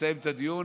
ולסיים את הדיון,